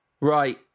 Right